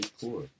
poor